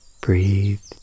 Breathe